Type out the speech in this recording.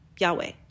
Yahweh